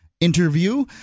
interview